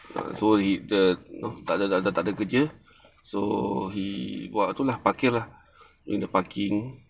so he dia dah tak dah takde kerja so he buat tu lah parking lah do the parking